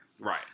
Right